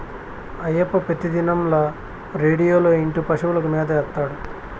అయ్యప్ప పెతిదినంల రేడియోలో ఇంటూ పశువులకు మేత ఏత్తాడు